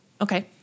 okay